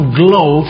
glow